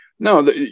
No